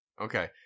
Okay